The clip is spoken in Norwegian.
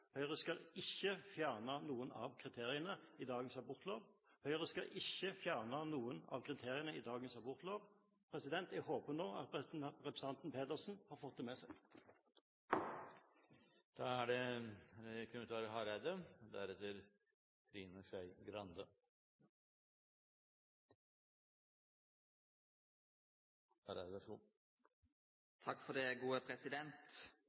Høyre skal ikke fjerne noen av kriteriene i dagens abortlov. Høyre skal ikke fjerne noen av kriteriene i dagens abortlov. Jeg håper nå at representanten Pedersen har fått det med seg. Representanten Brekk er bekymra for EU/EØS-spørsmålet. Ja, det